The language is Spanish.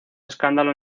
escándalo